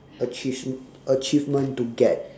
achieve achievement to get